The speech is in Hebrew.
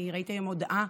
אני ראיתי היום הודעה